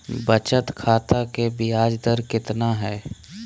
बचत खाता के बियाज दर कितना है?